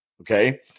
Okay